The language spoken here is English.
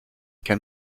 can